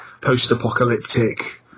post-apocalyptic